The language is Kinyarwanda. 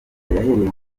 yahereye